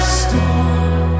storm